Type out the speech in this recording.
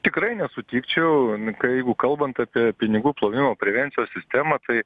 tikrai nesutikčiau kai jeigu kalbant apie pinigų plovimo prevencijos sistemą tai